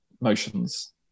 motions